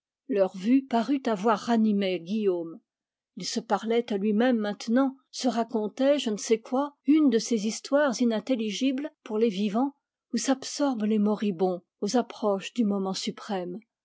leur vue parut avoir ranimé guillaume il se parlait à lui-même maintenant se racontait je ne sais quoi une de ces histoires inintelligibles pour les vivants où s'absorbent les moribonds aux approches du moment suprême